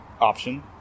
option